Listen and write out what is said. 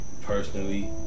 personally